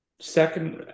Second